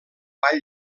vall